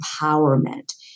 empowerment